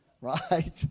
Right